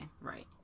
Right